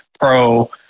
Pro